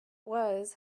was